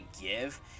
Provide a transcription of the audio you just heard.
give